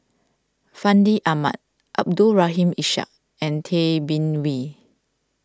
Fandi Ahmad Abdul Rahim Ishak and Tay Bin Wee